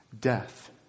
death